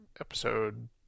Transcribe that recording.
*Episode